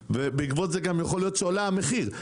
ובעקבות זה גם יכול להיות שעולה המחיר.